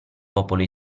popolo